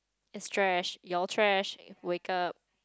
it's trash your trash wake up